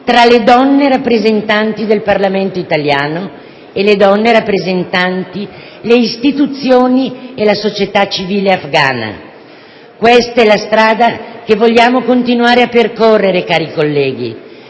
tra le donne rappresentanti del Parlamento italiano e le donne rappresentanti le istituzioni e la società civile afghana. Questa è la strada che vogliamo continuare a percorrere, cari colleghi.